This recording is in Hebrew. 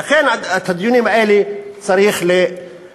לכן, גם את הדיונים האלה צריך לערוך.